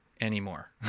anymore